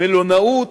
מלונאות,